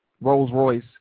Rolls-Royce